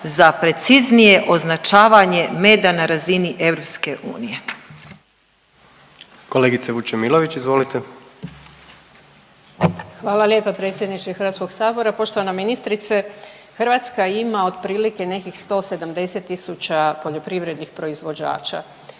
za preciznije označavanje meda na razini EU.